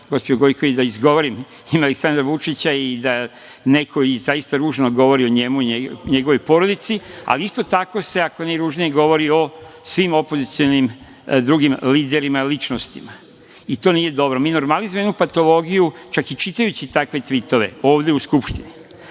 gospođo Gojković da izgovorim ime Aleksandra Vučića i da neko i zaista ružno govori o njemu i o njegovoj porodici, ali isto tako se ako ne i ružnije govori o svim opozicionim drugim liderima, ličnostima. To nije dobro. Mi normalizujemo jednu patologiju, čak i čitajući takve tvitove ovde u Skupštini.